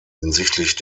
hinsichtlich